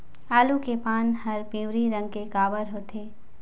आलू के पान हर पिवरी रंग के काबर होथे?